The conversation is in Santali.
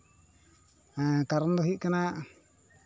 ᱦᱮᱸ ᱠᱟᱨᱚᱱ ᱫᱚ ᱦᱩᱭᱩᱜ ᱠᱟᱱᱟ